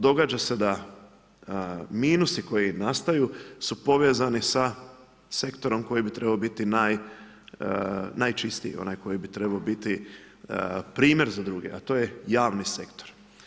Događa se da minusi koji nastaju su povezani sa sektorom koji bi trebao biti najčistiji, onaj koji bi trebao biti primjer za druge, a to je javni sektor.